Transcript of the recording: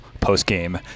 post-game